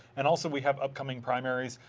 and also we have upcoming primaries,